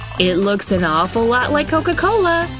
it looks an awful lot like coca cola.